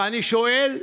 ואני שואל: